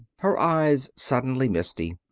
her eyes suddenly misty.